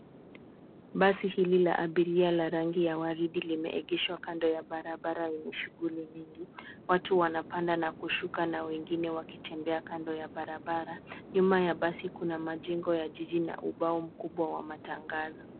Basi hili la abiria is rangi ya waridi limeegeshwa kando ya barabara yenye shughuli nyingi. Watu wanapanda na kushuka na wengine wakitembea kando ya barabara .Nyuma ya basi kuna majengo ya jiji na ubao mkubwa wa matangazo.